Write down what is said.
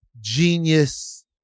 genius